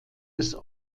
des